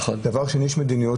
דבר שני, יש מדינות